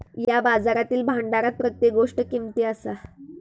या बाजारातील भांडारात प्रत्येक गोष्ट किमती असा